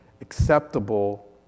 acceptable